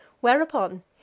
Whereupon